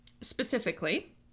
specifically